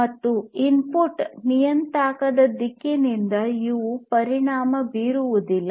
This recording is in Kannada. ಮತ್ತು ಇನ್ಪುಟ್ ನಿಯತಾಂಕದ ದಿಕ್ಕಿನಿಂದ ಇವು ಪರಿಣಾಮ ಬೀರುವುದಿಲ್ಲ